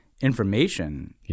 information